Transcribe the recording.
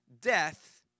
death